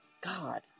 God